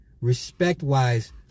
respect-wise